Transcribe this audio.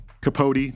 Capote